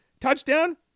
touchdown